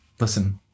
Listen